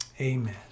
Amen